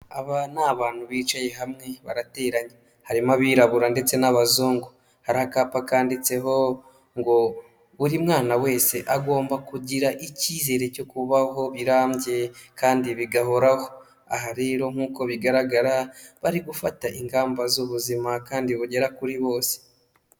Aba ni abantu bicaye hamwe, barateranye, harimo abirabura ndetse n'abazungu. Hari akapa kanditseho ngo "Buri mwana wese agomba kugira icyizere cyo kubaho birambye kandi bigahoraho." Aha rero nk'uko bigaragara, bari gufata ingamba z'ubuzima kandi bugera kuri bose.